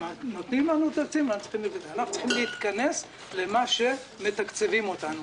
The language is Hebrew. נותנים לנו תקציב ואנחנו צריכים להתכנס אל מה שמתקצבים אותנו.